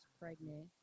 pregnant